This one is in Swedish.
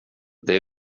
det